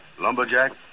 Lumberjack